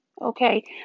Okay